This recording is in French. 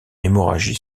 hémorragie